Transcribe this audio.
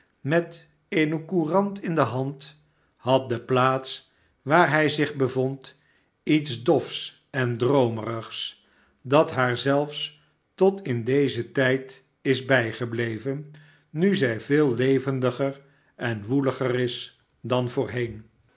met eene courant in de hand had de plaats waar hij zich bevond iets dofs en droomerigs dat haar zelfs tot in dezen tijd is bijgebleven nu zij veel levendiger en woeliger is dan voorheen